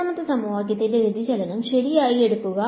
രണ്ടാമത്തെ സമവാക്യത്തിന്റെ വ്യതിചലനം ശരിയായി എടുക്കുക